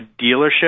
dealership